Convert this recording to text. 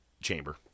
chamber